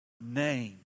name